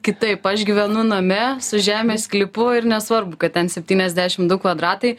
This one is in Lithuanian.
kitaip aš gyvenu name su žemės sklypu ir nesvarbu kad ten septyniasdešimt du kvadratai